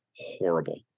horrible